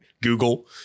Google